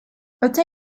öte